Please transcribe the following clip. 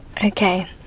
Okay